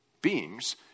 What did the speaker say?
beings